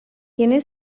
tiene